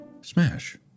Smash